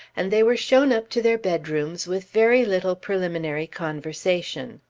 and they were shown up to their bedrooms with very little preliminary conversation.